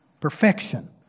Perfection